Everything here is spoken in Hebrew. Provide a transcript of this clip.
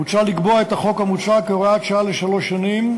מוצע לקבוע את החוק המוצע כהוראת שעה לשלוש שנים,